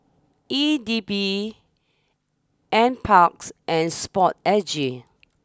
E D B N Parks and Sport A G